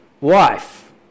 wife